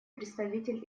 представитель